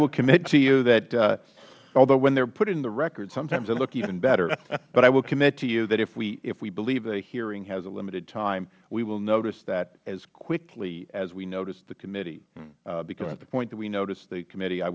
will commit to you thath although when they are put in the record sometimes they look even better but i will commit to you that if we believe a hearing has a limited time we will notice that as quickly as we noticed the committee because at the point we notice the committee i